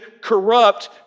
corrupt